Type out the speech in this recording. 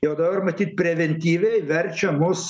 jau dabar matyt preventyviai verčia mus